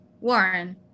Warren